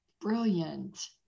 brilliant